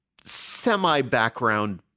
semi-background